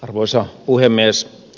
arvoisa puhemies